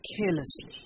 carelessly